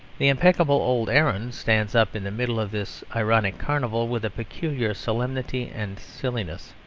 the impeccable old aaron stands up in the middle of this ironic carnival with a peculiar solemnity and silliness.